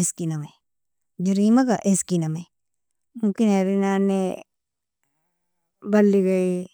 iskinami jerimaga iskinami mokina erinani baligai